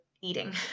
Eating